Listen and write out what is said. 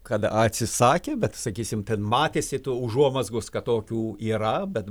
kad atsisakė bet sakysim ten matėsi to užuomazgos kad tokių yra bet